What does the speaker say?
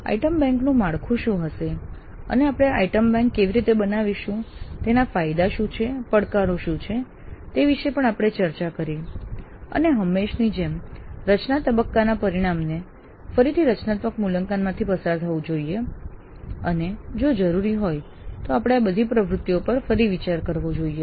item bank નું માળખું શું હશે અને આપણે આ આઇટમ બેંક કેવી રીતે બનાવીશું તેના ફાયદા શું છે પડકારો શું છે તે વિષે પણ આપણે ચર્ચા કરી અને હંમેશની જેમ રચના તબક્કાના પરિણામને ફરીથી રચનાત્મક મૂલ્યાંકનમાંથી પસાર થવું જોઈએ અને જો જરૂરી હોય તો આપણે આ બધી પ્રવૃત્તિઓ પર ફરી વિચાર કરવો જોઈએ